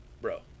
bro